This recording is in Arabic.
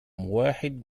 واحد